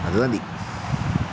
അവതിി